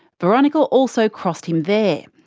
veronica also crossed him there.